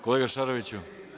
Kolega Šaroviću?